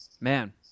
Man